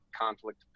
conflict